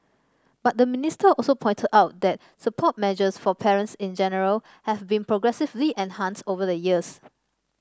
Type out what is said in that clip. but the minister also pointed out that support measures for parents in general have been progressively enhanced over the years